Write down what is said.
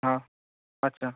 हां अच्छा